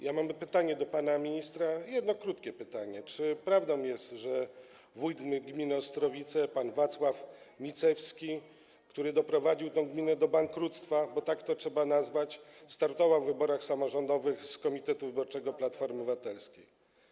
Ja mam pytanie do pana ministra, jedno krótkie pytanie: Czy prawdą jest, że wójt gminy Ostrowice pan Wacław Micewski, który doprowadził tę gminę do bankructwa, bo tak to trzeba nazwać, startował w wyborach samorządowych z list komitetu wyborczego Platformy Obywatelskiej?